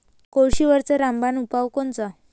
कोळशीवरचा रामबान उपाव कोनचा?